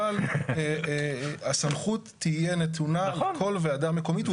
אבל הסמכות תהיה נתונה לכל ועדה מקומית.